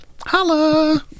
Holla